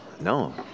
No